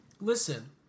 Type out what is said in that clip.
listen